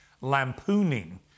lampooning